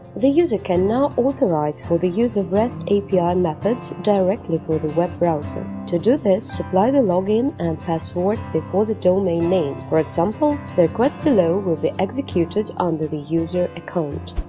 the user can now authorize for the use of rest api methods directly through the web browser. to do this, supply the login and password before the domain name, for example, the request below will be executed under the user account.